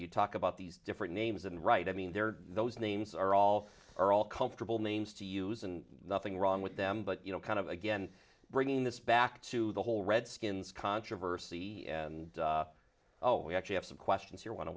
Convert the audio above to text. you talk about these different names and right i mean there are those names are all or all comfortable names to use and nothing wrong with them but you know kind of again bringing this back to the whole redskins controversy and we actually have some questions here when